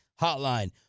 hotline